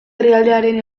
herrialdearen